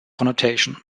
connotation